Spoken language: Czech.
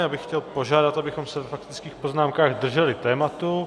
Já bych chtěl požádat, abychom se ve faktických poznámkách drželi tématu.